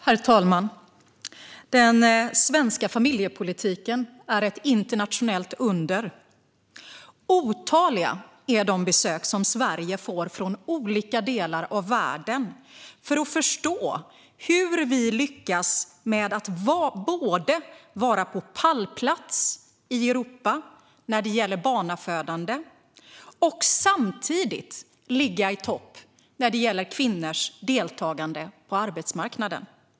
Herr talman! Den svenska familjepolitiken är ett internationellt under. Otaliga är de besök som Sverige får från olika delar världen för att förstå hur vi lyckas med att vara på pallplats i Europa när det gäller barnafödande och samtidigt ligga i topp vad gäller kvinnors deltagande på arbetsmarknaden.